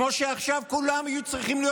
כמו שעכשיו כולם יהיו צריכים להיות